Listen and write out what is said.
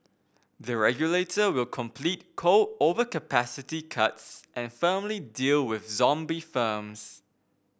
the regulator will complete coal overcapacity cuts and firmly deal with zombie firms